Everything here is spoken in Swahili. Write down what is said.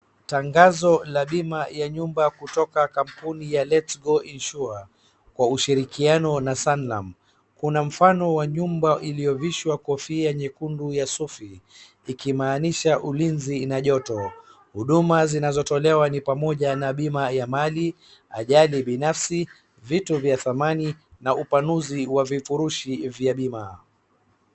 Tangazo la bima ya nyumba kutoka kampuni ya letsgo insure kwa ushirikiano na sanlam kuna mfano wa nyumba iliyovishwa kofia nyekundu ya sofi, ikimaanisha ulinzi na joto. Huduma zinazotolewa ni pamoja na bima ya mali, ajali binafsi, vitu vya thamani na upanushi wa vifurushi vya bima.